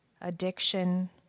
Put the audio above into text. addiction